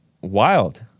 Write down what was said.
wild